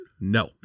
No